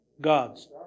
God's